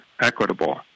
equitable